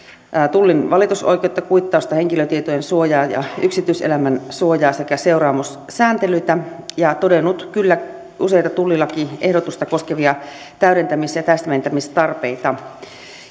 tullin valitusoikeutta kuittausta henkilötietojen suojaa ja yksityiselämän suojaa sekä seuraamussääntelyitä ja todennut kyllä useita tullilakiehdotusta koskevia täydentämis ja täsmentämistarpeita